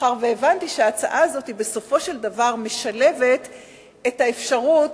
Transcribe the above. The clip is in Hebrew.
מאחר שהבנתי שההצעה הזאת בסופו של דבר משלבת את האפשרות